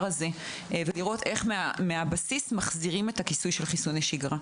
הזה ולראות איך מחזירים מהבסיס את הכיסוי של חיסוני שגרה.